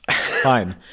Fine